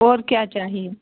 और क्या चाहिए